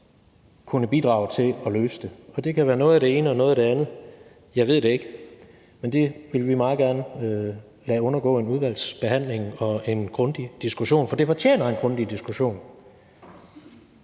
kunne bidrage til at løse den på. Og det kan være noget af det ene og noget af det andet. Jeg ved det ikke. Med det vil vi meget gerne lade undergå en udvalgsbehandling og en grundig diskussion, for det fortjener en grundig diskussion.